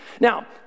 Now